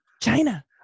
China